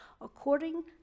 According